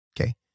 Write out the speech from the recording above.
Okay